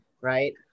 right